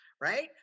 Right